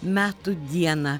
metų dieną